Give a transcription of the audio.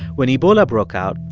when ebola broke out,